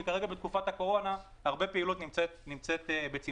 כי כרגע בתקופת הקורונה הרבה פעילות נמצאת בצמצום.